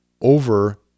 over